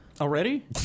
already